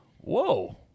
whoa